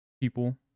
people